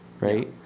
Right